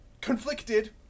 conflicted